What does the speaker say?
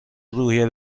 روحیه